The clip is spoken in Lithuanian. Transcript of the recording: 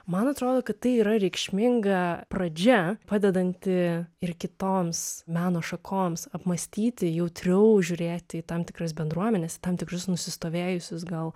man atrodo kad tai yra reikšminga pradžia padedanti ir kitoms meno šakoms apmąstyti jautriau žiūrėti į tam tikras bendruomenes į tam tikrus nusistovėjusius gal